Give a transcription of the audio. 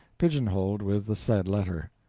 pigeonholed with the said letter.